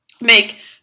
make